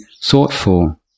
thoughtful